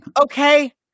okay